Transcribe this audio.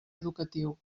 educatiu